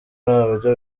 nabyo